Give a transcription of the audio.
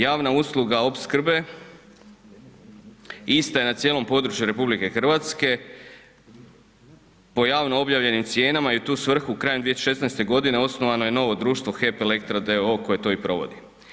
Javna usluga opskrbe ista je na cijelom području RH, po javno objavljenim cijenama i u tu svrhu krajem 2016. godine osnovano je novo društvo HEP-Elektra d.o.o. koje to i provodi.